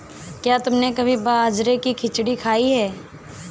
क्या तुमने कभी बाजरे की खिचड़ी खाई है?